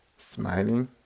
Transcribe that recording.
Smiling